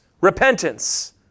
repentance